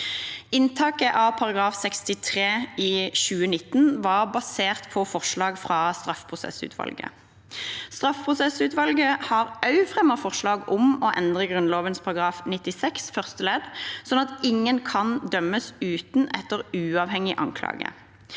Inntaket av § 63 i 2019 var basert på forslag fra straffeprosessutvalget. Straffeprosessutvalget har også fremmet forslag om å endre Grunnloven § 96 første ledd, sånn at ingen kan dømmes uten etter «uavhengig anklage».